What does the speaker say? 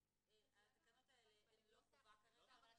אציין שהתקנות האלה הן לא חובה כרגע.